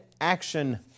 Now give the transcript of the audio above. action